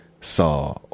saw